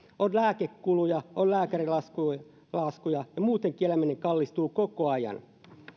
on lääkekuluja on lääkärilaskuja ja muutenkin eläminen kallistuu koko ajan